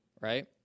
right